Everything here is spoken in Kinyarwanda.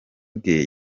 bwe